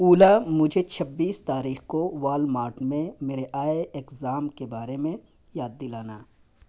اولا مجھے چھبیس تاریخ کو والماٹ میں میرے آئے ایکزام کے بارے میں یاد دلانا